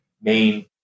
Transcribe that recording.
main